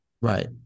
right